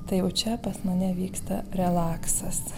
tai jau čia pas mane vyksta relaksas